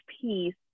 piece